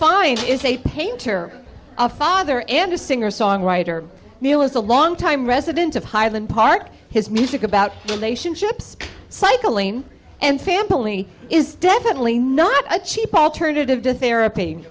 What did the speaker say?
find is a painter a father and a singer songwriter neil is a long time resident of highland park his music about relationships cycling and family is definitely not a cheap alternative to therapy